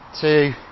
two